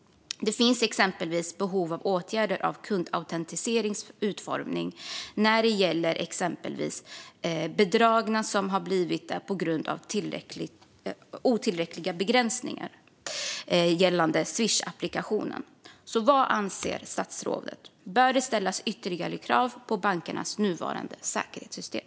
Det finns exempelvis behov av åtgärder när det gäller kundautentiseringens utformning. Det finns människor som har blivit bedragna på grund av otillräckliga begränsningar gällande Swish-applikationen. Vad anser statsrådet: Bör det ställas ytterligare krav på bankernas säkerhetssystem?